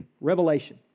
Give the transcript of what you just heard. Revelation